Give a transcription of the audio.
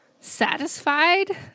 satisfied